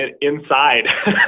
inside